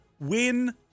Win